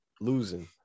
losing